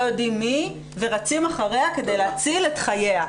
יודעים מי היא ורצים אחריה כדי להציל את חייה,